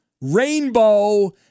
Rainbow